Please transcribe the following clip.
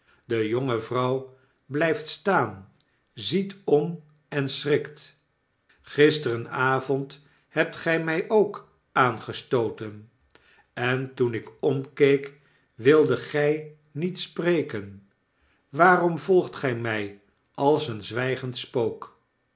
de jonge vrouw blijft staan ziet om en schrikt gisterenavond hebt gij my ook aangestooten en toen ik omkeek wildet gy niet spreken waarom volgt gy my als een zwijgend spook